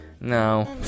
no